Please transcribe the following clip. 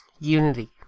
unity